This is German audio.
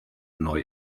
neu